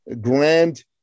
grand